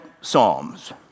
Psalms